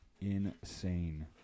Insane